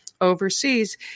overseas